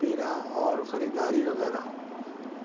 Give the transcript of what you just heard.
پینا اور خریداری وغیرہ